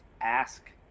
ask